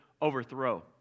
overthrow